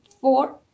four